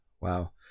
wow